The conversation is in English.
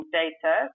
data